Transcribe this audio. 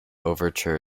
overture